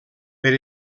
per